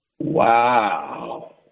Wow